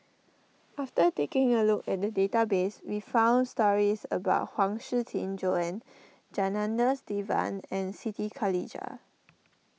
after taking a look at the database we found stories about Huang Shiqi Joan Janadas Devan and Siti Khalijah